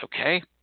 okay